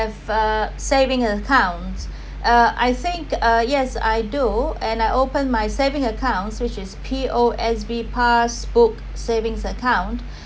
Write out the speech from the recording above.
if I’ve a saving account uh I think uh yes I do and I open my saving accounts which is P_O_S_B passbook savings account